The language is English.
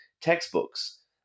textbooks